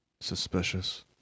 Suspicious